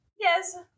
yes